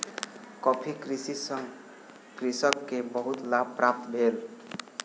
coffee कृषि सॅ कृषक के बहुत लाभ प्राप्त भेल